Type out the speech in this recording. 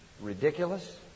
Ridiculous